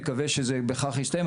נקווה שבכך זה יסתיים,